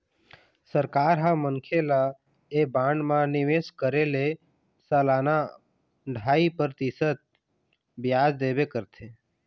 सरकार ह मनखे ल ऐ बांड म निवेश करे ले सलाना ढ़ाई परतिसत बियाज देबे करथे